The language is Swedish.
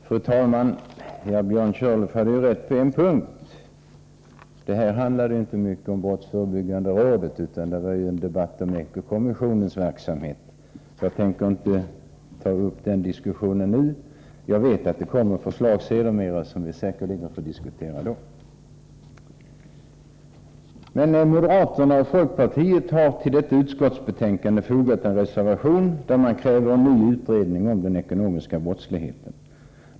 Fru talman! Björn Körlof hade rätt på en punkt: hans anförande handlade inte mycket om brottsförebyggande rådet, utan det gällde Eko-kommissionens verksamhet. Jag tänker inte ta upp den diskussionen nu. Jag vet att det kommer förslag längre fram, som vi säkerligen får tillfälle att diskutera då. Moderaterna och folkpartiet har till detta utskottsbetänkande fogat en reservation, där man kräver en ny utredning om den ekonomiska brottsligheten.